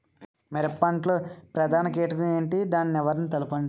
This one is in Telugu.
మిరప పంట లో ప్రధాన కీటకం ఏంటి? దాని నివారణ తెలపండి?